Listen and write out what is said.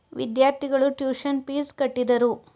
ವಿದ್ಯಾರ್ಥಿಗಳು tuition fees ಕಟ್ಟಿದರು